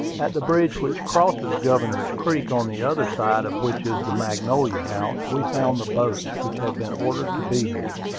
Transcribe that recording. at the bridge which crosses governor's creek, on the other side of which is the magnolia house, we found the boats, which had been ordered to be here.